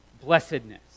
blessedness